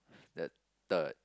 that third